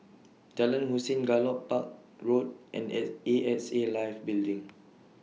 Jalan Hussein Gallop Park Road and X A X A Life Building